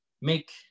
make